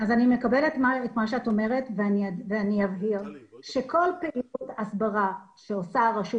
מקבלת את מה שאת אומרת ואני אבהיר שכל פעילות הסברה שעושה הרשות,